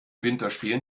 winterspielen